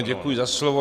Děkuji za slovo.